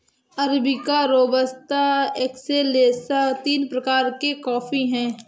arabica robusta excelsa तीन प्रकार के कॉफी हैं